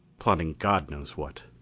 plotting god knows what.